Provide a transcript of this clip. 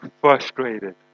frustrated